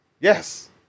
Yes